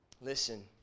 listen